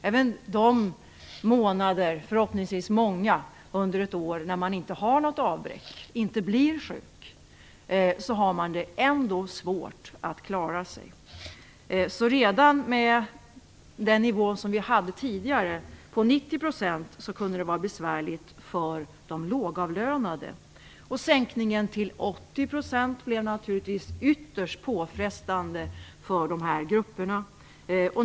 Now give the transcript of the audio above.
Även de månader, förhoppningsvis många, under ett år när man inte har något avbräck, inte blir sjuk, har man ändå svårt att klara sig. Redan med den nivå vi hade tidigare, 90 %, kunde det vara besvärligt för de lågavlönade. Sänkningen till 80 % blev naturligtvis ytterst påfrestande för dessa grupper.